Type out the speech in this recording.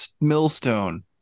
millstone